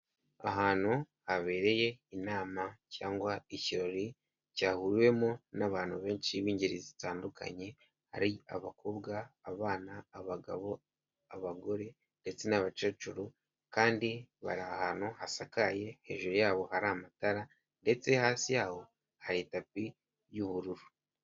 Ahantu habereye inama cyangwa ikirori cyahuriwemo n'abantu benshi b'ingeri zitandukanye, hari abakobwa abana abagabo abagore ndetse n'abakecuru kandi bari ahantu hasakaye hejuru yabo hari amatara ndetse hasi yaho hari tapi y'ubururu.